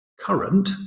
current